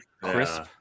crisp